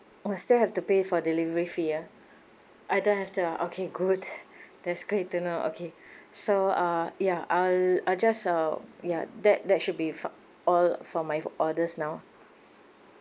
oh still have to pay for delivery fee ah I don't have to ah okay good that's great to know okay so uh ya I'll I'll just uh yeah that that should be fi~ all for my orders now